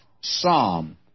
Psalm